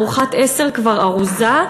ארוחת עשר כבר ארוזה,